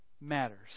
matters